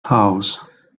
house